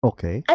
Okay